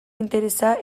interesa